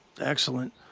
Excellent